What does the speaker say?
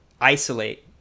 isolate